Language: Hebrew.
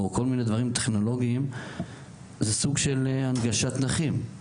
או כל מני דברים טכנולוגיים זה סוג של הנגשת נכים.